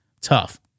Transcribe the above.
tough